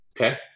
okay